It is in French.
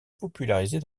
popularisée